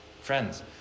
Friends